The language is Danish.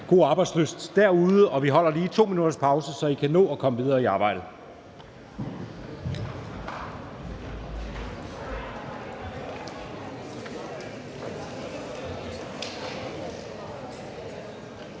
god arbejdslyst derude, og vi holder lige 2 minutters pause, så I kan nå at komme videre i arbejdet.